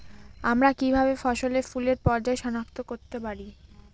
আমরা কিভাবে ফসলে ফুলের পর্যায় সনাক্ত করতে পারি?